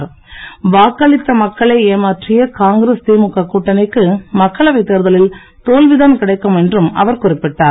புதுவையில் வாக்களித்த மக்களை ஏமாற்றிய காங்கிரஸ் திழுக கூட்டணிக்கு மக்களவை தேர்தலில் தோல்விதான் கிடைக்கும் என்று அவர் குறிப்பிட்டார்